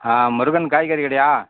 முருகன் காய்கறி கடையா